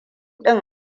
ɗin